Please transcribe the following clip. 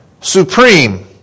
supreme